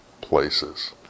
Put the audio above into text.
places